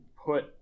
put